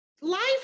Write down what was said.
life